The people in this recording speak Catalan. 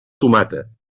tomata